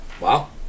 wow